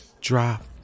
drop